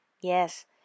yes